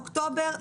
אוקטובר,